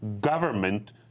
government